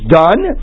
done